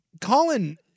Colin